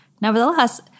Nevertheless